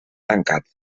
tancat